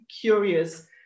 curious